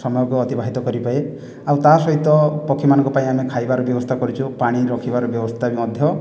ସମୟକୁ ଅତିବାହିତ କରିବେ ଆଉ ତା'ସହିତ ପକ୍ଷୀମାନଙ୍କ ପାଇଁ ଆମେ ଖାଇବାର ବ୍ୟବସ୍ଥା କରିଛୁ ପାଣି ରଖିବାର ବ୍ୟବସ୍ଥା ମଧ୍ୟ